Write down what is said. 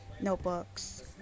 notebooks